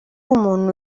umuntu